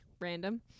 random